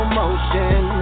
motion